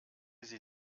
sie